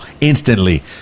instantly